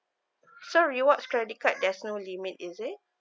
so rewards credit card there's no limit is it